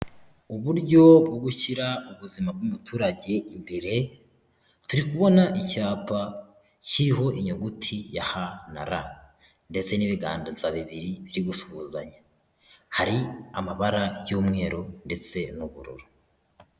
Uburyo bwo gushyira ubuzima bw'umuturage imbere bari kubona icyapa kiriho inyuguti ya ''H,R''ndetse n'ibiganza bibiri biri gusuhuzanya hari amabara y'umweru ndetse n'ubururu.